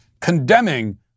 condemning